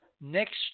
next